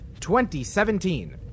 2017